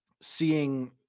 seeing